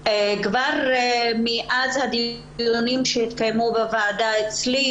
מאז הדיונים שהתקיימו בוועדה אצלי